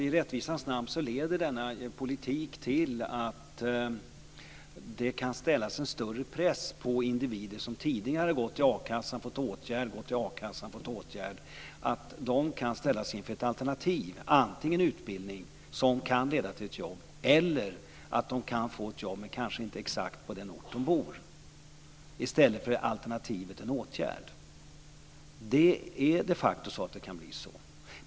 I rättvisans namn leder den politiken till att det kan bli en större press på individer som tidigare gått på a-kassa, sedan fått en åtgärd och återinträtt i a-kassan. De kan ställas inför alternativen att antingen gå en utbildning, som kan leda till ett jobb, eller att ta ett jobb som kanske inte finns exakt på den ort där de bor, i stället för att erbjudas en åtgärd. Så kan det de facto bli.